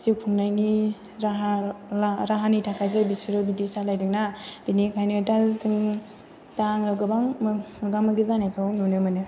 जिउ खुंनायनि राहानि थाखायसो बिसोरो बिदि सालायदोंना बेनिखायनो दा जों दा आङो गोबां मोगा मोगि जानायखौ नुनो मोनो